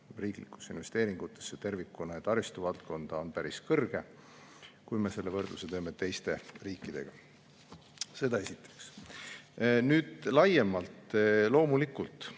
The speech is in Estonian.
riiklikesse investeeringutesse tervikuna ja taristuvaldkonda on päris kõrge, kui me teeme võrdluse teiste riikidega. Seda esiteks. Nüüd laiemalt. Loomulikult,